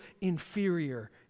inferior